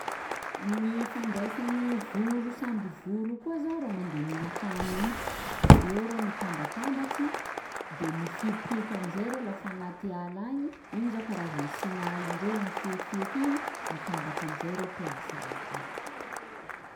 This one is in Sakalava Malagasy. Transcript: Gny ifandraisan'ny voro samby voro koa zao reo mandeha mila hany igny, eo reo mitambatambatsy de mifiopioka am'izay reo lafa agnaty ala agny, igny zao karazany signalindreo igny fiofioka igny, mitambatsy am'izay reo plasy raiky eo.